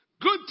Good